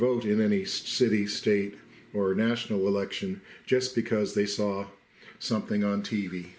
vote in any city state or national election just because they saw something on t